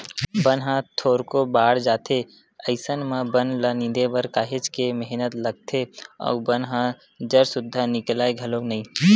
बन ह थोरको बाड़ जाथे अइसन म बन ल निंदे म काहेच के मेहनत लागथे अउ बन ह जर सुद्दा निकलय घलोक नइ